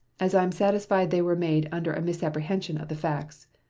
as i am satisfied they were made under a misapprehension of the facts.